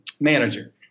manager